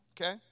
Okay